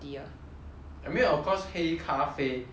I mean of course 黑咖啡 without